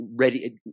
ready